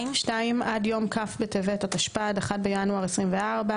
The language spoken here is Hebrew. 2. (2) עד יום כ' בטבת התשפ"ד (1 בינואר 2024),